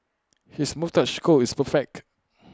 his moustache curl is perfect